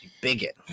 bigot